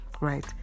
right